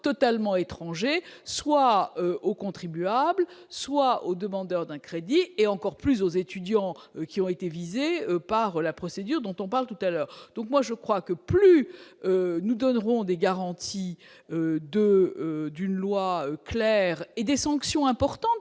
totalement étranger soit au contribuable soit au demandeurs d'un crédit et encore plus aux étudiants qui ont été visés par la procédure dont on parle tout à l'heure, donc moi je crois que plus nous donneront des garanties de d'une loi claire et des sanctions importantes